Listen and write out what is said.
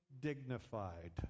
dignified